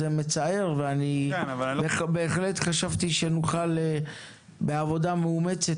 זה מצער ובהחלט חשבתי שנוכל בעבודה מאומצת